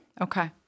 Okay